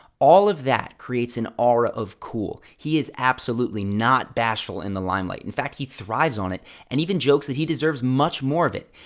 all of that creates an aura of cool. he is absolutely not bashful in the limelight. in fact, he thrives on it, and even jokes that he deserves much more of it.